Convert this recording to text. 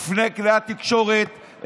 רק להתקדם.